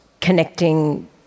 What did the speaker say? connecting